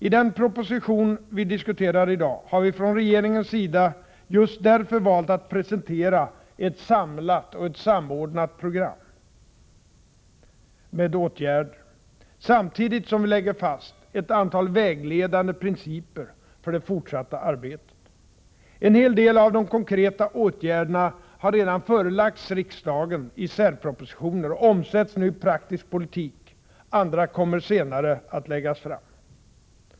I den proposition vi diskuterar i dag har vi från regeringens sida just därför valt att presentera ett samlat och samordnat program med åtgärder, samtidigt som vi lägger fast ett antal vägledande principer för det fortsatta arbetet. En hel del av de konkreta åtgärderna har redan förelagts riksdagen i särpropositioner och omsätts nu i praktisk politik; andra kommer att läggas fram senare.